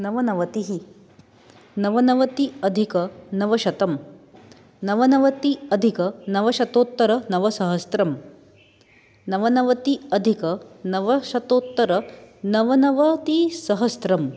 नवनवतिः नवनवत्यधिकनवशतं नवनवत्यधिकनवशतोत्तरनवसहस्त्रम् नवनवत्यधिकनवशतोत्तरनवनवतिसहस्त्रम्